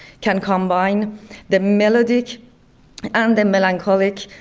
can combine the melodic and the melancholic,